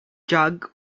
jug